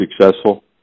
successful